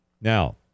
Now